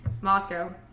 Moscow